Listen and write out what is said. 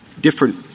different